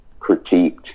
critiqued